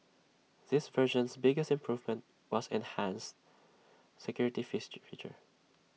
this version's biggest improvement was enhanced security fix feature